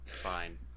fine